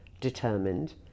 determined